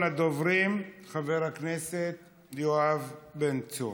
ראשון הדוברים הוא חבר הכנסת יואב בן צור.